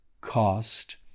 cost